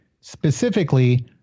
specifically